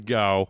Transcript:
go